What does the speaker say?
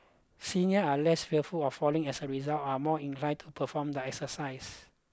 seniors are less fearful of falling and as a result are more inclined to perform their exercise